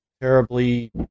terribly